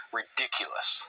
ridiculous